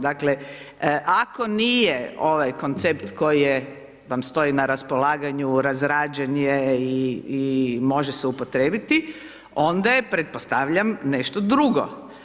Dakle, ako nije ovaj koncept koji vam stoji na raspolaganju, razrađen je i može se upotrijebiti onda je pretpostavljam nešto drugo.